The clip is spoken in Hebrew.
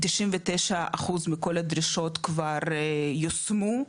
99% מכל הדרישות כבר יושמו,